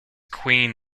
queen